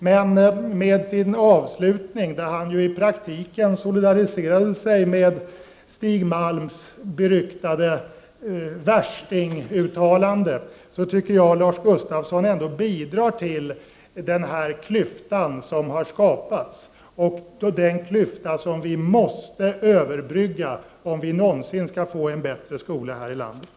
Men med sin avslutning, där han i praktiken solidariserade sig med Stig Malms beryktade s.k. värsting-uttalande, tycker jag att Lars Gustafsson ändå bidrar till att behålla den klyfta som har skapats. Det är den klyftan som vi måste överbrygga om vi någonsin skall få en bättre skola här i landet.